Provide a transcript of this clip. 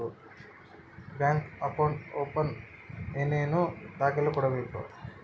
Bank account open ಏನೇನು ದಾಖಲೆ ಕೊಡಬೇಕು?